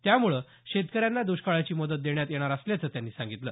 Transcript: त्यामुळे शेतकऱ्यांना द्ष्काळाची मदत देण्यात येणार असल्याचं त्यांनी सांगितलं